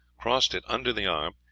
crossed it under the arm,